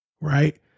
Right